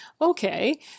okay